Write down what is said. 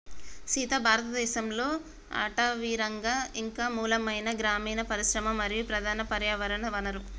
సీత భారతదేసంలో అటవీరంగం ఇంక మూలమైన గ్రామీన పరిశ్రమ మరియు ప్రధాన పర్యావరణ వనరు